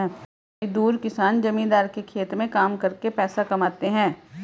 मजदूर किसान जमींदार के खेत में काम करके पैसा कमाते है